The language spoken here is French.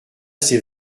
ses